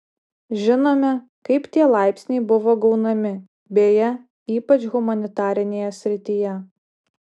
žinome kaip tie laipsniai buvo gaunami beje ypač humanitarinėje srityje